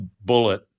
bullet